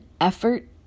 effort